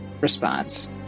response